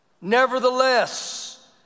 nevertheless